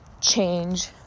change